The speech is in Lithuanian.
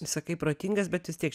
sakai protingas bet vis tiek